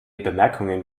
bemerkungen